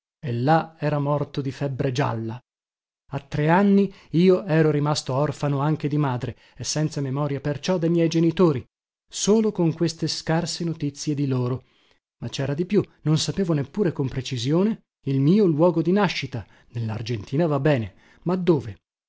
e là era morto di febbre gialla a tre anni io ero rimasto orfano anche di madre e senza memoria perciò de miei genitori solo con queste scarse notizie di loro ma cera di più non sapevo neppure con precisione il mio luogo di nascita nellargentina va bene ma dove